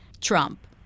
Trump